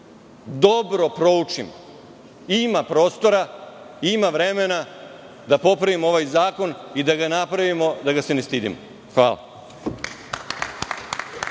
dobro proučimo. Ima prostora, ima vremena da popravimo ovaj zakon i da ga napravimo, da ga se ne stidimo. Hvala.